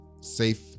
safe